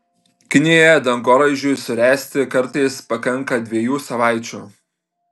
kinijoje dangoraižiui suręsti kartais pakanka dviejų savaičių